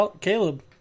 Caleb